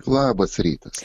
labas rytas